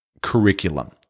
Curriculum